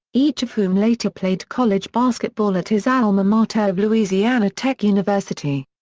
each of whom later played college basketball at his alma mater of louisiana tech university.